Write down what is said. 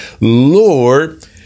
Lord